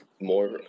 more